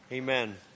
Amen